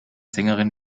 sängerin